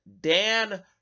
Dan